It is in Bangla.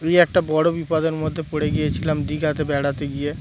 ওই একটা বড়ো বিপদের মধ্যে পড়ে গিয়েছিলাম দীঘাতে বেড়াতে গিয়ে